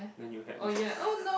when you help me